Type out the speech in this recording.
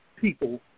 people